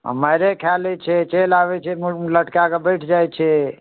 आओर मारिए खालए छै चलि आबै छै एम्हर मुँह लटकाके बैठि जाइ छै